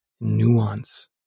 nuance